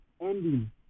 ending